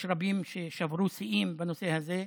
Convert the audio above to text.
יש רבים ששברו שיאים בנושא הזה.